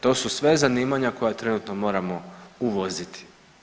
To su sve zanimanja koja trenutno moramo uvoziti.